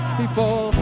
people